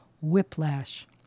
Whiplash